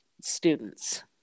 students